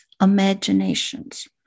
imaginations